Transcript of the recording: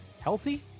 healthy